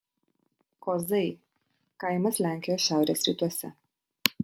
kozai kaimas lenkijos šiaurės rytuose